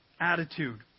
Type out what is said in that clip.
attitude